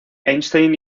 einstein